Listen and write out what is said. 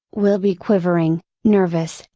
will be quivering, nervous,